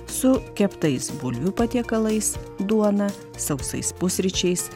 su keptais bulvių patiekalais duona sausais pusryčiais